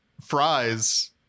fries